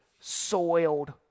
soiled